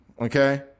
Okay